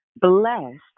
blessed